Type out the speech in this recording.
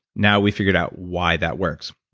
now we figured out why that works.